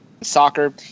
soccer